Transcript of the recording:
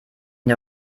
der